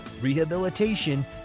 rehabilitation